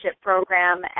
Program